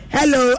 Hello